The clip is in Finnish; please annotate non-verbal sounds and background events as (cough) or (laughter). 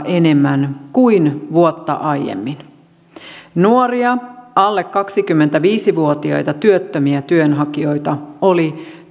(unintelligible) enemmän kuin vuotta aiemmin nuoria alle kaksikymmentäviisi vuotiaita työttömiä työnhakijoita oli